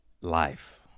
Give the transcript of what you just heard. life